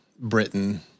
Britain